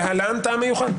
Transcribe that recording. להלן טעם מיוחד.